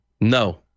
No